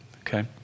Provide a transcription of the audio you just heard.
okay